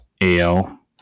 AL